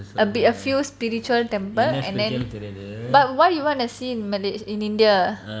a bit a few spiritual temple and then but why you want to see malay~ in india